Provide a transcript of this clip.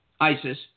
ISIS